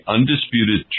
Undisputed